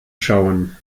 schauen